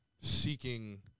seeking